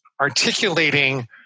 articulating